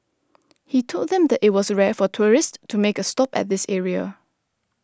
he told them that it was rare for tourists to make a stop at this area